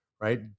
right